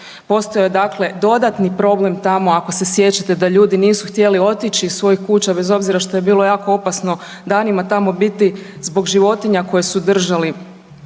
Postojao je dakle dodatni problem tamo ako se sjećate da ljudi nisu htjeli otići iz svojih kuća bez obzira što je bilo jako opasno danima tamo biti zbog životinja koje su držali,